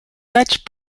such